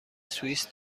سوئیس